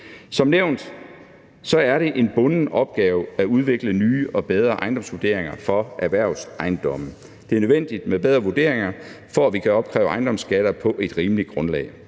Som nævnt er det en bunden opgave at udvikle nye og bedre ejendomsvurderinger for erhvervsejendomme. Det er nødvendigt med bedre vurderinger, for at vi kan opkræve ejendomsskatter på et rimeligt grundlag.